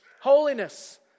holiness